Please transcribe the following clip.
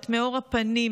את מאור הפנים,